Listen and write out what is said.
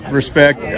respect